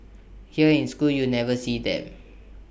here in school you never see them